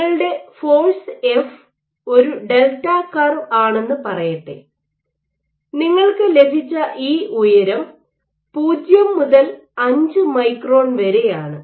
നിങ്ങളുടെ force F force F ഒരു delta curve ആണെന്ന് പറയട്ടെ നിങ്ങൾക്ക് ലഭിച്ച ഈ ഉയരം 0 മുതൽ 5 മൈക്രോൺ വരെയാണ്